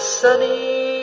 sunny